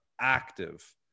active